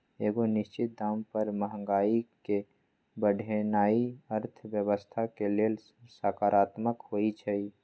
एगो निश्चित दाम पर महंगाई के बढ़ेनाइ अर्थव्यवस्था के लेल सकारात्मक होइ छइ